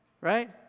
Right